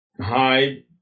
hide